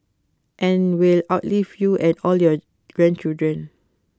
and will outlive you and all your grandchildren